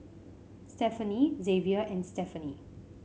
Stephenie Xavier and Stephenie